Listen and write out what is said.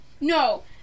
no